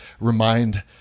remind